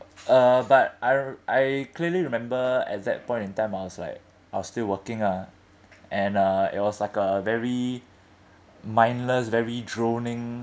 uh but I re~ I clearly remember at that point in time I was like I was still working ah and uh it was like a very mindless very droning